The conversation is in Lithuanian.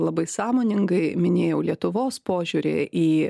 labai sąmoningai minėjau lietuvos požiūrį į